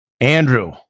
Andrew